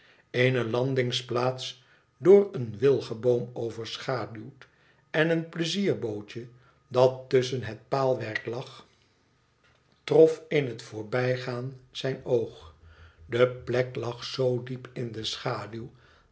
eene landingsplaats door een wilgeboom overschaduwd en een pleizierbootje dat tusschen het paalwerk lag trof in het voorbijgaan zijn oog de plek lag zoo diep in de schaduw